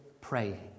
praying